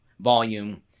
volume